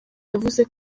yavuze